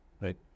right